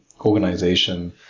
organization